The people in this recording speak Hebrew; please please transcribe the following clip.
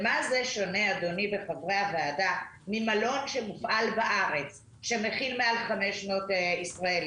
במה זה שונה ממלון שמופעל בארץ שמכיל מעל 500 ישראלים?